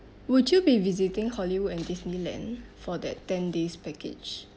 would you be visiting Hollywood and Disneyland for that ten days package